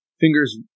fingers